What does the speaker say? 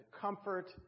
comfort